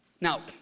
Now